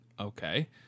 okay